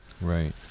Right